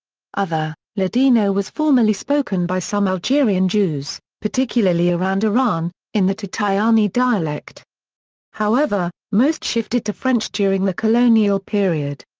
other ladino was formerly spoken by some algerian jews, particularly around oran, in the tetuani dialect however, most shifted to french during the colonial period.